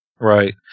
Right